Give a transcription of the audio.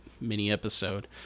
mini-episode